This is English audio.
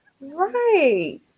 Right